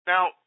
Now